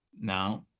Now